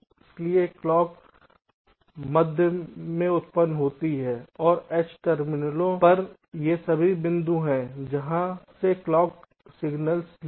इसलिए क्लॉक मध्य में उत्पन्न होती है और H के टर्मिनलों पर ये सभी बिंदु हैंजहाँ से क्लॉक सिग्नल्स लिए गए हैं